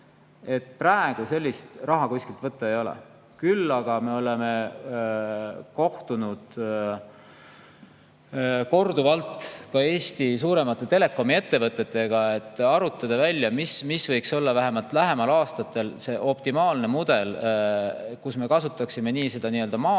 Praegu sellist raha kuskilt võtta ei ole. Küll aga oleme me kohtunud korduvalt Eesti suuremate telekomiettevõtetega, et arutada, mis võiks olla vähemalt lähematel aastatel see optimaalne mudel, kus me kasutaksime maa-alust